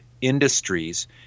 Industries